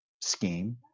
scheme